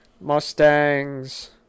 Mustangs